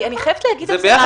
אני חייבת לומר לך משהו,